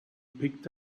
picked